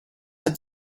had